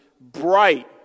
bright